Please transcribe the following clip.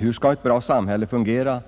Hur skall ett bra samhälle fungera